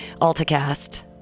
AltaCast